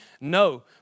No